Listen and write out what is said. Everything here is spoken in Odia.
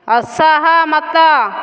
ଅସହମତ